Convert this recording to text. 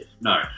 no